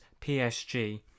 PSG